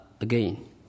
again